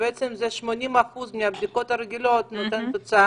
שבעצם 80% מהבדיקות הרגילות הוא נותן תוצאה